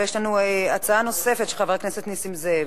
ויש לנו הצעה נוספת של חבר הכנסת נסים זאב.